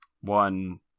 one